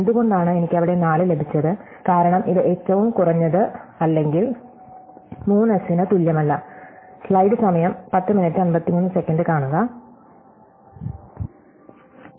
എന്തുകൊണ്ടാണ് എനിക്ക് അവിടെ 4 ലഭിച്ചത് കാരണം ഇത് ഏറ്റവും കുറഞ്ഞത് അല്ലെങ്കിൽ മൂന്ന് സ്ലൈഡ് സമയം 1053 കാണുക s ന് തുല്യമല്ല